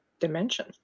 dimension